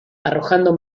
arrojando